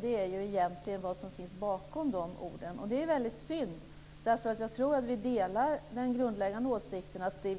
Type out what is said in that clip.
Det är egentligen vad som finns bakom de orden. Det är väldigt synd. Jag tror nämligen att vi delar den grundläggande åsikten att det är